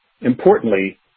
Importantly